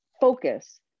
focus